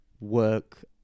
work